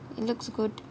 looks good